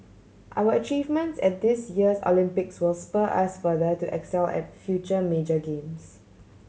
our achievements at this year's Olympics will spur us further to excel at future major games